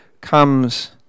comes